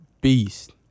Beast